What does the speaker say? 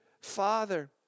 father